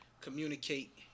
communicate